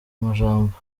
majambo